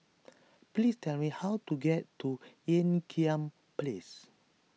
please tell me how to get to Ean Kiam Place